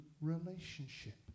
relationship